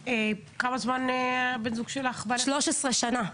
אז אולי המנהלת תחליט לשלם לה ונלחמת בכם,